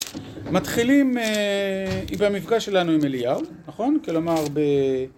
מתחילים עם המפגש שלנו עם אליהו, נכון? כלומר, ב...